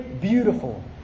beautiful